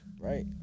Right